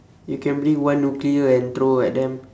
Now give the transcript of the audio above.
you can bring one nuclear and throw at them